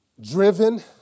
driven